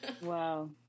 Wow